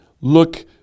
Look